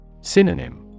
Synonym